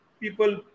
People